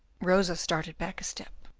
rosa started back a step.